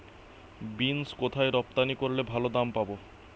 Beans কোথায় রপ্তানি করলে ভালো দাম পাব?